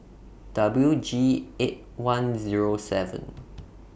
W G eight one Zero seven